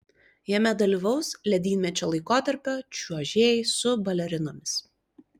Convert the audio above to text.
jame dalyvaus ledynmečio laikotarpio čiuožėjai su balerinomis